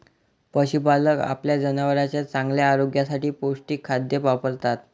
पशुपालक आपल्या जनावरांच्या चांगल्या आरोग्यासाठी पौष्टिक खाद्य वापरतात